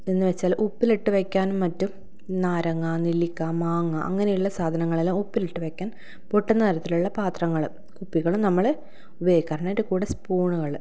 എന്നു വെച്ചാൽ ഉപ്പിലിട്ട് വെക്കാനും മറ്റും നാരങ്ങാ നെല്ലിക്ക മാങ്ങ അങ്ങനെയുള്ള സാധനങ്ങളെല്ലാം ഉപ്പിലിട്ട് വെക്കാൻ പൊട്ടുന്ന തരത്തിലുള്ള പാത്രങ്ങൾ കുപ്പികൾ നമ്മൾ ഉപയോഗിക്കാറുണ്ട് അതിൻ്റെ കൂടെ സ്പൂണുകൾ